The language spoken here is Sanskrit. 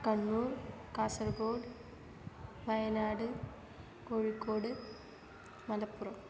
कण्णूर् कासर्गोड् वयनाड् कोषिकोड् मलप्पुरम्